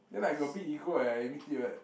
ya lah I got a big ego I admit it what